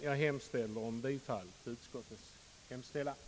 Jag hemställer om bifall till utskottets förslag.